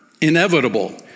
inevitable